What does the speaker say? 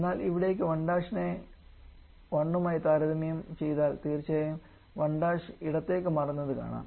എന്നാൽ ഇവിടെ 1 നെ 1 മായി താരതമ്യം ചെയ്താൽ തീർച്ചയായും 1 ഇടത്തേക്ക് മാറുന്നത് കാണാം